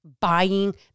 buying